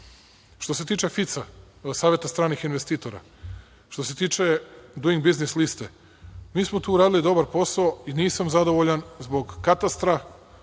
se tiče FIC-a, Saveta stranih investitora, što se tiče Dujing biznis liste, mi smo tu uradili dobar posao i nisam zadovoljan zbog katastra,